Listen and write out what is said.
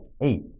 eight